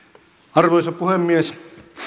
arvoisa puhemies